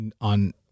on